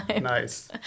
Nice